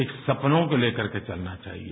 एक सपनों को लेकर के चलना चाहिए